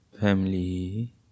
Family